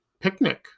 picnic